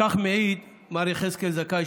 כך מעיד מר יחזקאל זכאי,